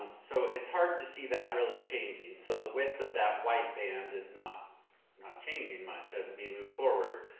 so it's hard to see that really changing. so the width of that white band is not not changing much as we move forward.